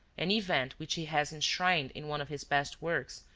an event which he has enshrined in one of his best works,